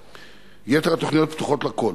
יתר התוכניות פתוחות לכול.